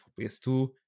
PS2